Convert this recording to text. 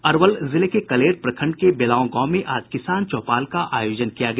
अरवल जिले के कलेर प्रखंड के बेलाँव गांव में आज किसान चौपाल का आयोजन किया गया